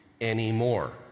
anymore